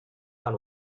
town